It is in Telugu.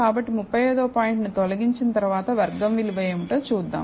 కాబట్టి 35 వ పాయింట్ను తొలగించిన తర్వాత వర్గం విలువ ఏమిటో చూద్దాం